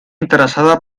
interessada